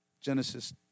Genesis